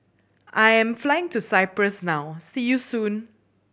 I am flying to Cyprus now see you soon